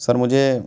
سر مجھے